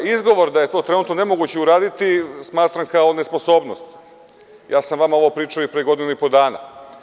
Izgovor da je to trenutno nemoguće uraditi smatram kao nesposobnost, ja sam vama pričao i pre godinu i po dana.